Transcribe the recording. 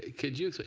can you like